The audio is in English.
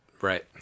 Right